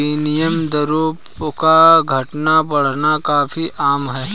विनिमय दरों का घटना बढ़ना काफी आम है